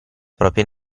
proprie